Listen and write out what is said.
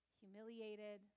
humiliated